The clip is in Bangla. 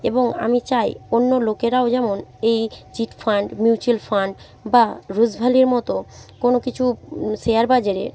এবং আমি চাই অন্য লোকেরাও যেমন এই চিটফান্ড মিউচুয়াল ফান্ড বা রোজভ্যালির মতো কোনো কিছু শেয়ার বাজারে